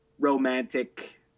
Romantic